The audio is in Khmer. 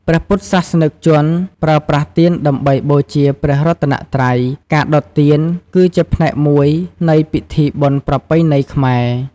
ព្រះពុទ្ធសាសនិកជនប្រើប្រាស់ទៀនដើម្បីបូជាព្រះរតនត្រ័យ ការដុតទៀនគឺជាផ្នែកមួយនៃពិធីបុណ្យប្រពៃណីខ្មែរ។